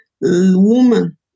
woman